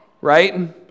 right